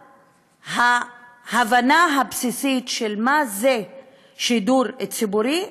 ההבנה הבסיסית של מה זה שידור ציבורי,